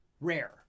rare